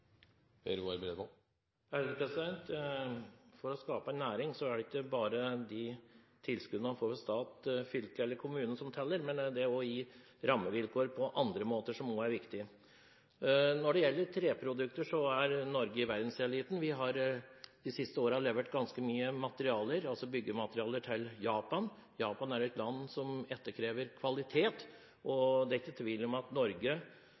For å skape en næring er det ikke bare de tilskuddene man får fra stat, fylke eller kommune som teller – det å gi rammevilkår på andre måter er også viktig. Når det gjelder treprodukter, er Norge i verdenseliten. Vi har de siste årene levert ganske mye byggematerialer til Japan. Japan er jo et land som etterspør kvalitet, og det er ingen tvil om at Norge